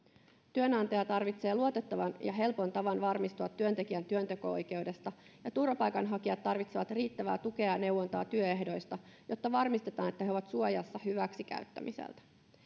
työnantaja tarvitsee luotettavan ja helpon tavan varmistua työntekijän työnteko oikeudesta ja turvapaikanhakijat tarvitsevat riittävää tukea ja neuvontaa työehdoista jotta varmistetaan että he ovat suojassa hyväksikäyttämiseltä